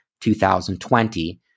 2020